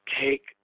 take